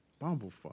Bumblefuck